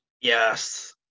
Yes